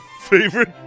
favorite